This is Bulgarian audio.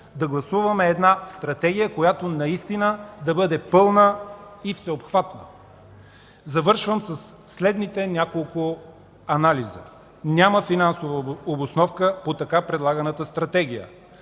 да гласуваме една Стратегия, която наистина да бъде пълна и всеобхватна. Завършвам със следните няколко анализа. Няма финансова обосновка по така предлаганата Стратегия.